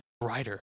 brighter